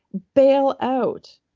bale out.